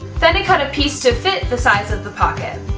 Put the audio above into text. then i cut a piece to fit the size of the pocket.